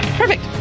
perfect